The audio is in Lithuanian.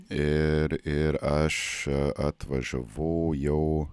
ir ir aš atvažiavau jau